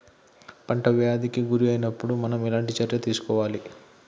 పంట వ్యాధి కి గురి అయినపుడు మనం ఎలాంటి చర్య తీసుకోవాలి?